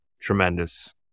tremendous